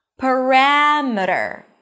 parameter